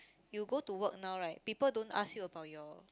you go to work now right people don't ask you about your